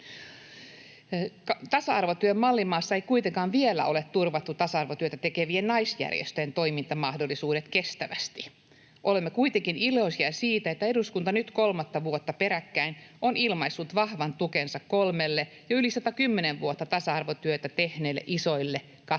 Tasa-arvotyön mallimaassa ei kuitenkaan vielä ole turvattu tasa-arvotyötä tekevien naisjärjestöjen toimintamahdollisuuksia kestävästi. Olemme kuitenkin iloisia siitä, että eduskunta nyt kolmatta vuotta peräkkäin on ilmaissut vahvan tukensa kolmelle jo yli 110 vuotta tasa-arvotyötä tehneelle isolle kattojärjestölle.